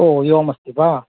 ओ एवमस्ति वा